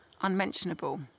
unmentionable